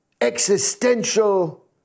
existential